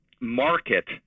market